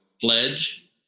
pledge